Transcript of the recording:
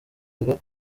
birori